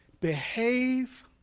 behave